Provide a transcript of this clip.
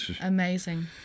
amazing